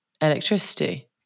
electricity